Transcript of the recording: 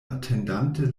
atendante